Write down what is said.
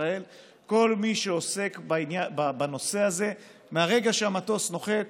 ישראל כל מי שעוסק בנושא הזה מרגע שהמטוס נוחת